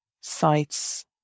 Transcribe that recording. sites